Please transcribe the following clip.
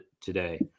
today